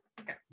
okay